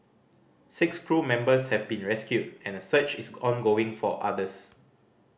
six crew members have been rescued and a search is ongoing for others